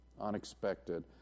Unexpected